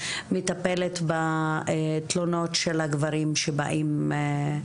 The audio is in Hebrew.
מטפלת בתלונות של הגברים שבאים.